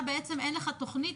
לך בעצם אין תוכנית,